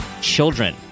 children